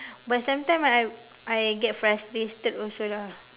but sometime I I get frustrated also lah